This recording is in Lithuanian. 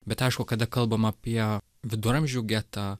bet aišku kada kalbam apie viduramžių getą